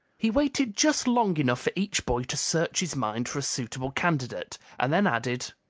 he waited just long enough for each boy to search his mind for a suitable candidate and then added,